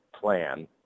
plan